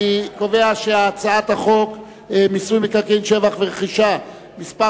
אני קובע שהצעת חוק מיסוי מקרקעין (שבח ורכישה) (תיקון מס'